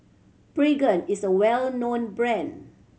Pregain is a well known brand